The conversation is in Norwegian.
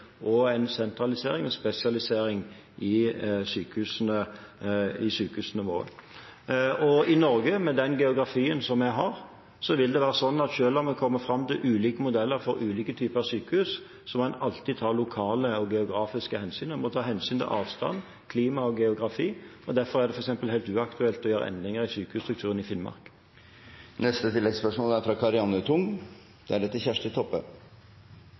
være slik at selv om en kommer fram til ulike modeller for ulike typer sykehus, må en alltid ta lokale og geografiske hensyn; en må ta hensyn til avstand, klima og geografi. Derfor er det f.eks. helt uaktuelt å gjøre endringer i sykehusstrukturen i Finnmark. Karianne O. Tung – til neste oppfølgingsspørsmål. Kristelig Folkeparti har tatt opp flere viktige forhold for sykehusstrukturen i Norge, og et annet svært viktig forhold er